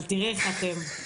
אבל תראה איך אתם.